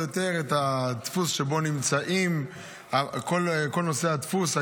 יותר את הדפוס שבו נמצא כל נושא הדפוס,